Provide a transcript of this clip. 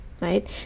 right